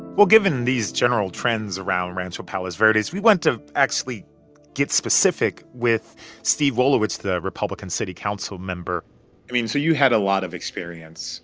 well, given these general trends around rancho palos verdes, we went to actually get specific with steve wolowicz, the republican city council member i mean, so you had a lot of experience